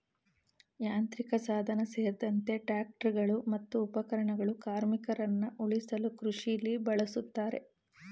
ಯಾಂತ್ರಿಕಸಾಧನ ಸೇರ್ದಂತೆ ಟ್ರಾಕ್ಟರ್ಗಳು ಮತ್ತು ಉಪಕರಣಗಳು ಕಾರ್ಮಿಕರನ್ನ ಉಳಿಸಲು ಕೃಷಿಲಿ ಬಳುಸ್ತಾರೆ